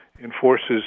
enforces